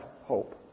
hope